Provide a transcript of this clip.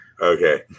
okay